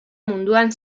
munduan